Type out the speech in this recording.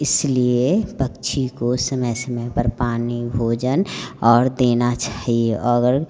इसलिए पक्षी को समय समय पर पानी भोजन और देना चाहिए और